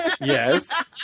yes